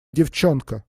девчонка